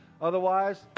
Otherwise